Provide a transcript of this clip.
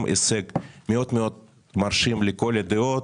גם זה הישג מרשים מאוד לכל הדעות,